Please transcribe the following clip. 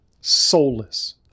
soulless